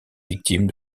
victime